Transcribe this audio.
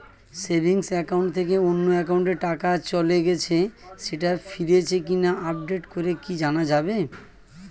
Savings account থেকে অন্য একাউন্টে টাকা চলে গেছে সেটা ফিরেছে কিনা আপডেট করে কি জানা যাবে?